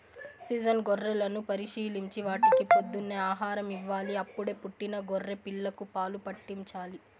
season గొర్రెలను పరిశీలించి వాటికి పొద్దున్నే ఆహారం ఇవ్వాలి, అప్పుడే పుట్టిన గొర్రె పిల్లలకు పాలు పాట్టించాలి